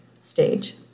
stage